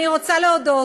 אני רוצה להודות.